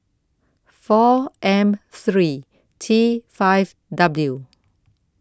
four M three T five W